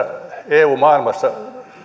eu maailmassa